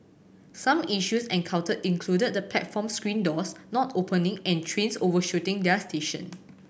some issues encountered included the platform screen doors not opening and trains overshooting their station